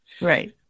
Right